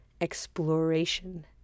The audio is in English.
exploration